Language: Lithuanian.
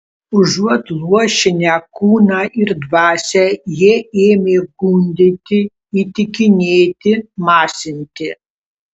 užuot luošinę kūną ir dvasią jie ėmė gundyti įtikinėti masinti